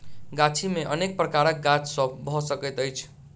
गाछी मे अनेक प्रकारक गाछ सभ भ सकैत अछि